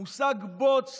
המושג בוץ